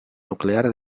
nuclear